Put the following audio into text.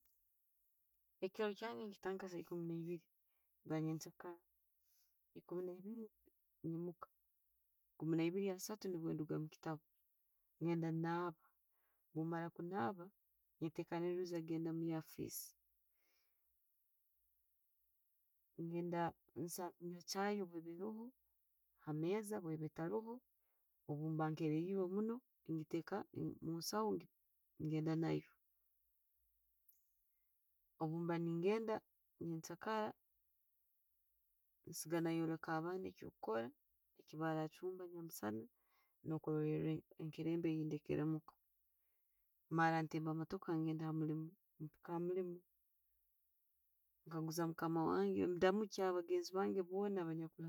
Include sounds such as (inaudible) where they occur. Ekiro kyange nekitandika esaaha ekuumi naibiri eza'nyenkyakara, ekuumi naibiri nenjumuuka. Ekiimu naibiri asaatu, nibwo nduga omukitaabu, ngeeda naaba. Bwe mara kunaaba, netekaniiza kugenda omuyafeesi, ngenda nservinga chayi bweba eroho hammezza. Bweba etaraho, obwemba nkererirwe munno nengitteka omunsaho nengenda naayo. Obuba nengenda nyenkyskara, nsiiga nayoleka abaana okyokukola, ekyabarachumba nyamisana no'kurolela enkirembe gyendekere omuka. Maala, ntemba emootooka ngenda hamuliimu, Kwiika hamuliimu, nkaguza mukama wange, ndamukya bagenzi bange boona. (unintelligible)